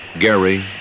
gary,